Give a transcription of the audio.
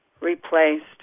replaced